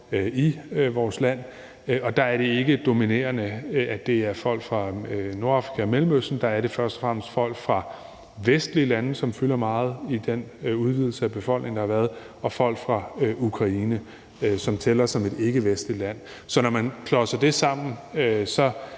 i vores land, og der er det ikke dominerende, at det er folk fra Nordafrika og Mellemøsten. Der er det først og fremmest folk fra vestlige lande, som fylder meget i den udvidelse af befolkningen, der har været, og folk fra Ukraine, som tæller som et ikkevestligt land. Så når man klodser det sammen,